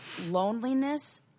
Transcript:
loneliness